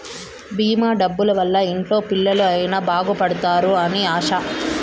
భీమా డబ్బుల వల్ల ఇంట్లో పిల్లలు అయిన బాగుపడుతారు అని ఆశ